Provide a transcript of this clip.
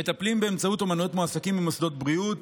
מטפלים באמצעות אומנויות מועסקים במוסדות בריאות,